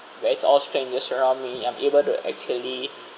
where it's all strangers around me I'm able to actually